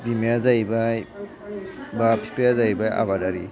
बिमाया जाहैबाय बा बिफाया जाहैबाय आबादारि